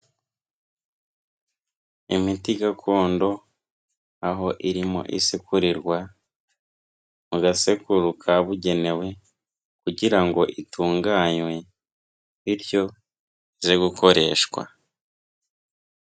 Imiti gakondo, aho irimo isekurirwa, mu gasekuru kabugenewe kugira ngo itunganywe, bityo ize gukoreshwa.